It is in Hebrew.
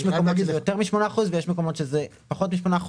יש מקומות שזה יותר מ-8% ויש מקומות שזה פחות מ-8%.